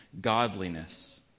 godliness